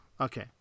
Okay